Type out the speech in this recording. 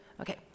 Okay